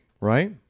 right